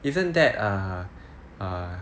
isn't that err err